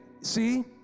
See